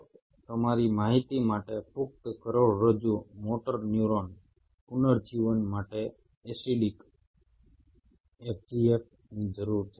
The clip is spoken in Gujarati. ફક્ત તમારી માહિતી માટે પુખ્ત કરોડરજ્જુ મોટર ન્યુરોન પુનર્જીવન માટે એસિડિક FGFની જરૂર છે